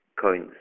coins